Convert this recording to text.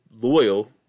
loyal